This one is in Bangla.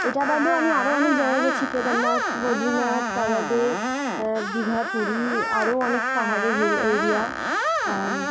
এটা বাদেও আমি আরও অনেক জায়গা গেছি কেদারনাথ বদ্রীনাথ তা বাদে দীঘা পুরী আরও অনেক পাহাড়ের হিল এরিয়া